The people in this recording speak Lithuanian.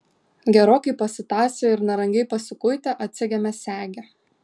gerokai pasitąsę ir nerangiai pasikuitę atsegėme segę